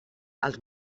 els